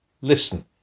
Listen